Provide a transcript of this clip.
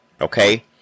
Okay